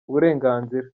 uburenganzira